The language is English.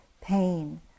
pain